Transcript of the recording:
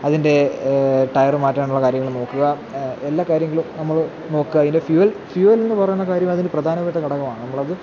അതിൻ്റെ ടയര് മാറ്റാനുള്ള കാര്യങ്ങള് നോക്കുക എല്ലാ കാര്യങ്ങളും നമ്മള് നോക്കുക അതിൻ്റെ ഫ്യൂവൽ ഫ്യൂവൽ എന്നു പറയുന്ന കാര്യം അതിനു പ്രധാനപ്പെട്ട ഘടകമാണ് നമ്മളത്